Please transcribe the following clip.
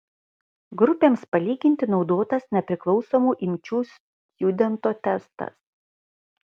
grupėms palyginti naudotas nepriklausomų imčių stjudento testas